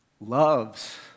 loves